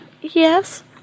yes